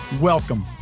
Welcome